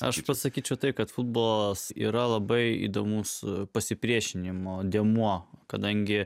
aš pasakyčiau tai kad futbolas yra labai įdomus pasipriešinimo dėmuo kadangi